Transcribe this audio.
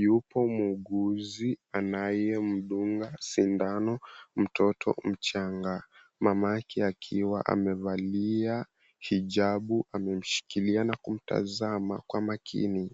yupo muuguzi anayemdunga sindano mtoto mchanga. Mamake akiwa amevalia hijabu amemshikilia na kumtazama kwa makini.